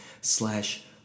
slash